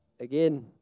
again